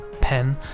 pen